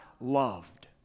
loved